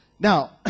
Now